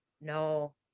No